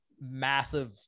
massive